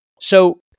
So-